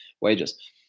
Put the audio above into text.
wages